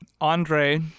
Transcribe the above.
Andre